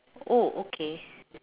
oh okay